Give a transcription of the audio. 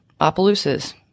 Opelousas